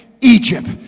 Egypt